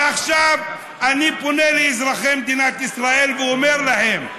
ועכשיו אני פונה לאזרחי מדינת ישראל ואומר להם: